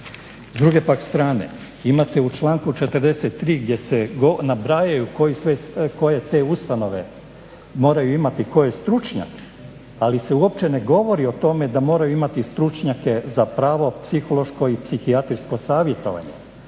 S druge pak strane imate u članku 43. gdje se nabrajaju koje te ustanove moraju imati koje stručnjake, ali se uopće ne govori o tome da moraju imati stručnjake za pravo, psihološko i psihijatrijsko savjetovanje,